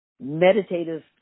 meditative